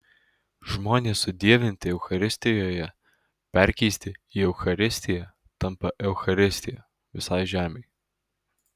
žmonės sudievinti eucharistijoje perkeisti į eucharistiją tampa eucharistija visai žemei